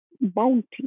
bounty